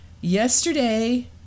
Yesterday